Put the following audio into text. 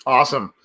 Awesome